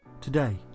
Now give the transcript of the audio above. Today